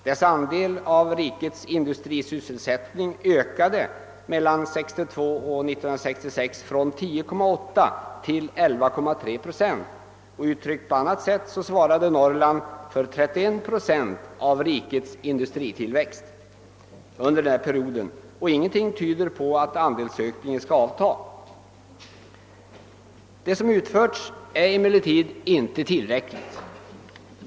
Dess andel av rikets industrisysselsättning ökade mellan 1962 och 1966 från 10,8 till 11,3 procent. Uttryckt på annat sätt svarade Norrland för cirka 31 procent av rikets industritillväxt under denna period, och ingenting tyder på att andelsökningen skall avtaga. Det som utförts är emellertid inte tillräckligt.